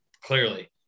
clearly